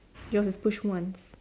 yours is push once